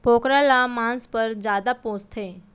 बोकरा ल मांस पर जादा पोसथें